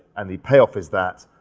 and the payoff is that,